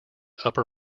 upper